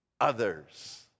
others